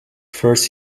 first